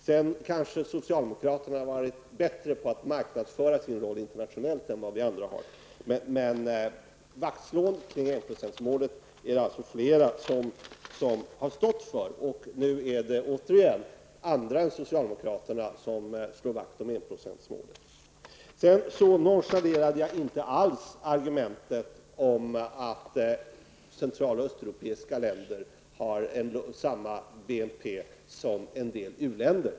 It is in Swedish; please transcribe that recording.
Sedan har kanske socialdemokraterna varit bättre på att marknadsföra sin roll internationellt än vad vi andra har varit. Men det är alltså fler som har velat att slå vakt om enprocentsmålet. Nu är det återigen andra än socialdemokraterna som slår vakt om enprocentsmålet. Jag nonchalerade inte alls argumentet om att central och östeuropeiska länder har samma BNP som en del u-länder.